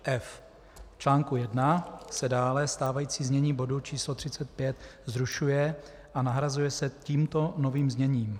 V článku 1 se dále stávající znění bodu 35 zrušuje a nahrazuje se tímto novým zněním: